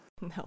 No